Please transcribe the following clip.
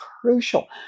crucial